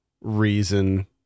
reason